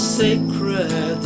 sacred